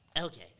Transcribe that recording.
Okay